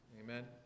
Amen